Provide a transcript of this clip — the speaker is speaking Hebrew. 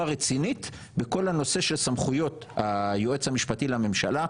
רצינית בכל הנושא של סמכויות היועץ המשפטי לממשלה,